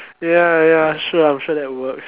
ya ya sure sure I'm sure that works